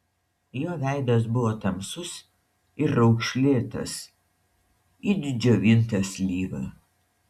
jo veidas buvo tamsus ir raukšlėtas it džiovinta slyva